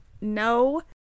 No